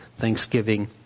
thanksgiving